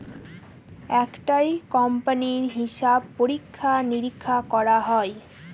একটা কোম্পানির হিসাব পরীক্ষা নিরীক্ষা করা হয়